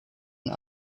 and